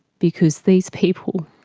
because these people